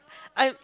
I